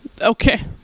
okay